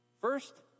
First